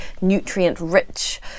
nutrient-rich